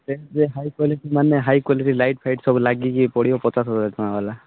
tent high quality ମାନେ high quality light fight ସବୁ ଲାଗିକି ପଡ଼ିବ ପଚାଶ ହଜାର ଟଙ୍କା ଵାଲା